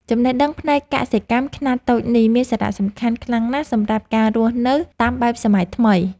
ចំណេះដឹងផ្នែកកសិកម្មខ្នាតតូចនេះមានសារៈសំខាន់ខ្លាំងណាស់សម្រាប់ការរស់នៅតាមបែបសម័យថ្មី។